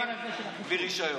אלפים בלי רישיון.